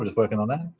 working on that.